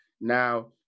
Now